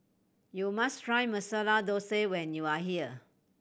you must try Masala Dosa when you are here